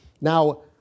Now